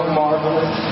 marvelous